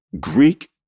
Greek